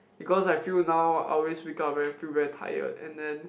because I feel now I always wake up very feel very tired and then